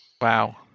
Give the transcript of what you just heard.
Wow